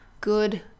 good